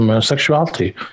sexuality